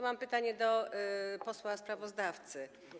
Mam pytanie do posła sprawozdawcy.